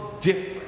different